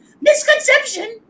Misconception